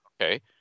Okay